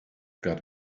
got